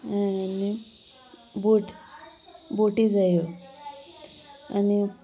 आनी बोट बोटी जाय आनी